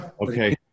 Okay